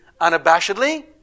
unabashedly